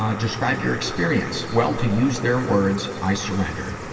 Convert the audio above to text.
um describe your experience. well to use their words, i surrendered.